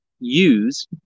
Use